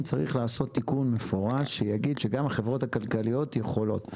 צריך לעשות תיקון מפורש שיגיד שגם החברות הכלכליות יכולות.